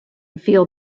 feel